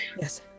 Yes